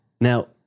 Now